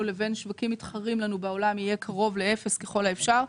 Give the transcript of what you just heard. לבין שווקים מתחרים לנו בעולם יהיה קרוב לאפס ככל האפשר.